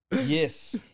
Yes